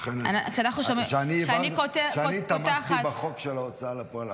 לכן כשאני תמכתי בחוק ההוצאה לפועל על